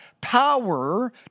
Power